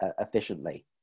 efficiently